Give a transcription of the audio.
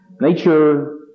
Nature